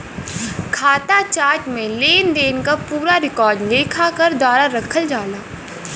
खाता चार्ट में लेनदेन क पूरा रिकॉर्ड लेखाकार द्वारा रखल जाला